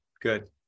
good